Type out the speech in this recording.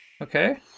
okay